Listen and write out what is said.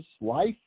life